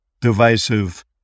divisive